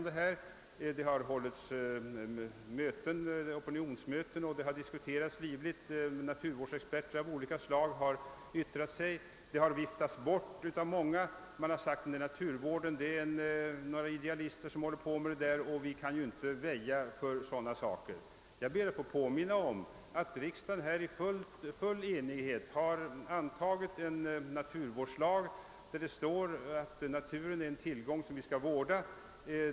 Det har hållits opinionsmöten, och saken har livligt diskuterats. Naturvårdsexperter av olika slag har yttrat sig, men deras uttalanden har viftats bort av många. Man har sagt att den där naturvården är det ju bara idealister som håller på med och att samhället inte kan väja för sådana saker. Jag ber att få påminna om att riksdagen i full enighet antagit en naturvårdslag, i vilken det sägs att naturen är en tillgång som vi skall vårda.